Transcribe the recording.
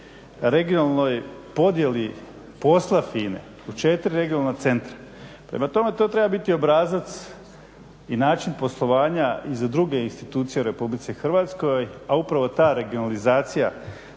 regionalnoj podjeli posla FINA-e u 4 regionalna centra. Prema tome, to treba biti obrazac i način poslovanja i za druge institucije u RH, a upravo ta regionalizacija